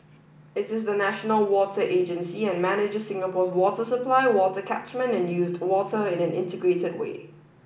it is the national water agency and manages Singapore's water supply water catchment and used water in an integrated way